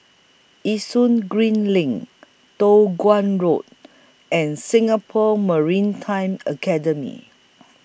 Yishun Green LINK Toh Guan Road and Singapore Maritime Academy